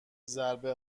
ضربه